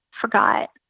forgot